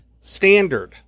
standard